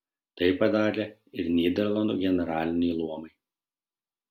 tai padarė ir nyderlandų generaliniai luomai